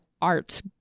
art